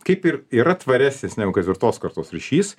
kaip ir yra tvaresnis negu ketvirtos kartos ryšys